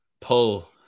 pull